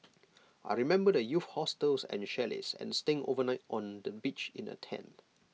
I remember the youth hostels and chalets and staying overnight on the beach in A tent